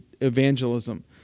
evangelism